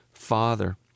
Father